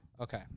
Okay